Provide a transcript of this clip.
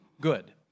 Good